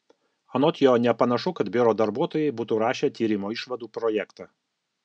anot jo nepanašu kad biuro darbuotojai būtų rašę tyrimo išvadų projektą